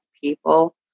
people